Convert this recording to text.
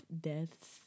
Deaths